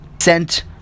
sent